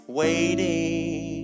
waiting